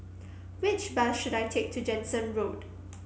which bus should I take to Jansen Road